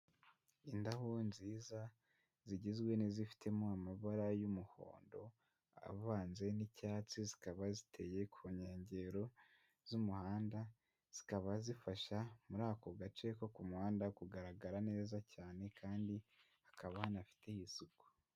Indabo nziza zigizwe n'izifitemo amabara y'umuhondo avanze n'icyatsi zikaba ziteye ku nkengero z'umuhanda, zikaba zifasha muri ako gace ko ku muhanda kugaragara neza cyane kandi hakaba hanafite isuku.